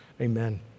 amen